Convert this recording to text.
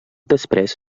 després